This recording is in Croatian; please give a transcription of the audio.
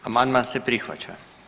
Amandman se prihvaća.